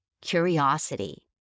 curiosity